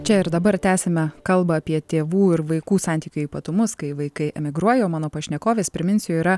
čia ir dabar tęsiame kalbą apie tėvų ir vaikų santykių ypatumus kai vaikai emigruoja o mano pašnekovės priminsiu yra